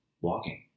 walking